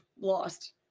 lost